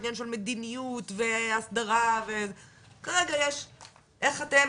עניין של מדיניות והסדרה - איך אתם,